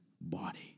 body